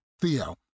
Theo